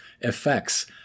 effects